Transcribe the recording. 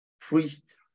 Priest